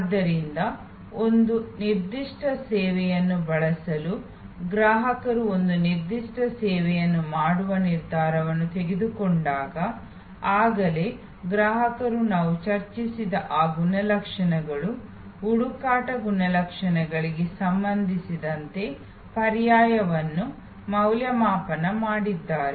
ಆದ್ದರಿಂದ ಒಂದು ನಿರ್ದಿಷ್ಟ ಸೇವೆಯನ್ನು ಬಳಸಲು ಗ್ರಾಹಕರು ಒಂದು ನಿರ್ದಿಷ್ಟ ಸೇವೆಯನ್ನು ಮಾಡುವ ನಿರ್ಧಾರವನ್ನು ತೆಗೆದುಕೊಂಡಾಗ ಆಗಲೇ ಗ್ರಾಹಕರು ನಾವು ಚರ್ಚಿಸಿದ ಆ ಗುಣಲಕ್ಷಣಗಳು ಹುಡುಕಾಟ ಗುಣಲಕ್ಷಣಗಳಿಗೆ ಸಂಬಂಧಿಸಿದಂತೆ ಪರ್ಯಾಯಗಳನ್ನು ಮೌಲ್ಯಮಾಪನ ಮಾಡಿದ್ದಾರೆ